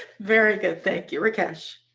very good. thank you. rakesh?